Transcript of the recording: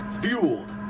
Fueled